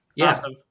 awesome